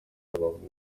rubavu